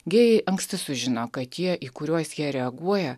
gėjai anksti sužino kad tie į kuriuos jie reaguoja